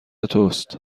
توست